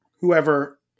whoever